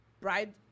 bride